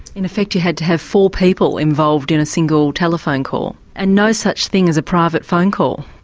in effect you had to have four people involved in a single telephone call. and no such thing as a private phone call.